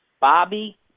Bobby